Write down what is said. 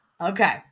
Okay